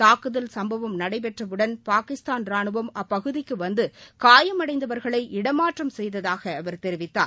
தாக்குதல் சம்பவம் நடைபெற்றவுடன் பாகிஸ்தான் ரானுவம் அப்பகுதிக்கு வந்து காயமடைந்தவர்களை இடமாற்றம் செய்ததாக அவர் தெரிவித்தார்